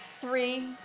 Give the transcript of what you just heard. three